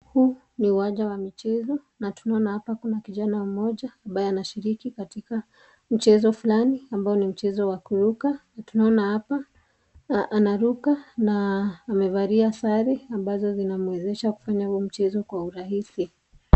Huu ni uwanja wa michezo. Na tunaona hapa kuna kijana mmoja ambaye anashiriki katika mchezo fulani ambao ni mchezo wa kuruka. Na tunaona hapa anaruka na amevalia sare ambazo zinamuezesha kufanya huu mchezo kwa urahisi.